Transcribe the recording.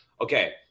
Okay